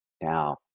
now